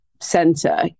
center